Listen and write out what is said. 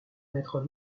maître